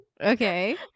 Okay